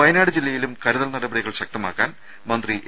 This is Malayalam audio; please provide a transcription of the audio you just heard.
വയനാട് ജില്ലയിലും കരുതൽ നടപടികൾ ശക്തമാക്കാൻ മന്ത്രി എ